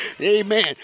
amen